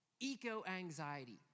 eco-anxiety